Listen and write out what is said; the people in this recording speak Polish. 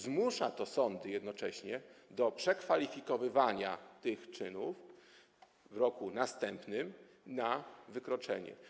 Zmusza to sądy jednocześnie do przekwalifikowywania tych czynów w roku następnym na wykroczenie.